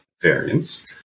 variants